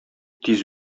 тиз